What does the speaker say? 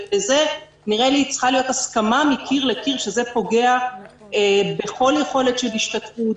נראה לי שצריכה להיות הסכמה מקיר לקיר שזה פוגע בכל יכולת של השתתפות,